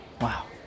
Wow